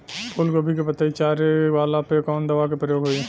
फूलगोभी के पतई चारे वाला पे कवन दवा के प्रयोग होई?